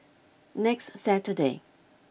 next saturday